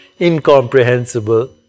incomprehensible